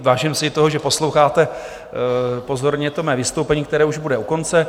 Vážím si toho, že posloucháte pozorně mé vystoupení, které už bude u konce.